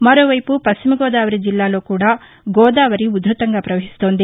మరోవైపు పశ్చిమ గోదావరి జిల్లాలో కూడా గోదావరి ఉ ధ్భతంగా ప్రవహిస్తోంది